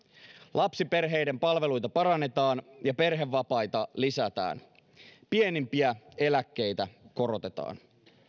lapsiperheiden palveluita parannetaan ja perhevapaita lisätään pienimpiä eläkkeitä korotetaan